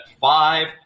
five